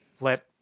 Let